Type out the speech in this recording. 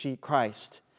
Christ